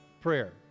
prayer